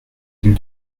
mille